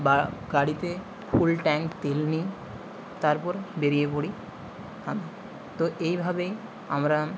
বা গাড়িতে full tank তেল নিই তারপর বেরিয়ে পড়ি আমি তো এইভাবেই আমরা